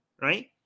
right